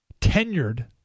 tenured